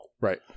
Right